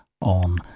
On